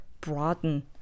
broaden